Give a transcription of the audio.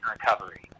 recovery